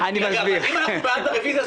אם אנחנו בעד הרוויזיה,